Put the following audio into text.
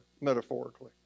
metaphorically